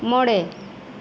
ᱢᱚᱬᱮ